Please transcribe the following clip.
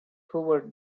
hoovered